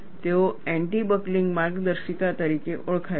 તેઓ anti buckling માર્ગદર્શિકાઓ તરીકે ઓળખાય છે